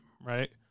Right